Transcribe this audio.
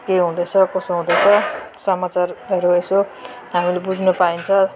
के हुँदैछ कसो हुँदैछ समाचारहरू यसो हामीले बुझ्नु पाइन्छ